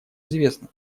известна